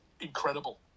incredible